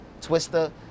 Twister